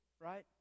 right